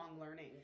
learning